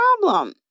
problem